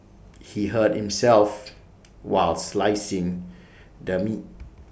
he hurt himself while slicing the meat